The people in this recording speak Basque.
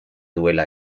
duela